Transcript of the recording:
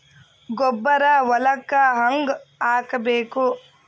ಗೊಬ್ಬರ ಹೊಲಕ್ಕ ಹಂಗ್ ಹಾಕಬೇಕು?